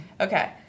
Okay